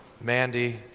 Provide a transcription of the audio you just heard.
Mandy